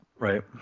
Right